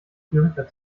zürcher